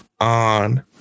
on